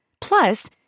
Plus